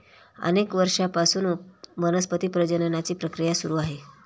अनेक वर्षांपासून वनस्पती प्रजननाची प्रक्रिया सुरू आहे